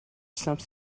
some